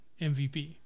MVP